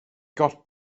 gôt